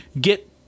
get